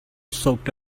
soaked